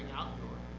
outdoor,